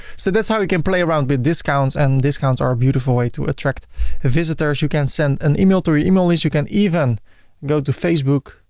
so that's how we can play around with discounts and discounts are a beautiful way to attract visitors. you can send an email to your email list, you can even go to facebook,